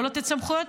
לא לתת סמכויות,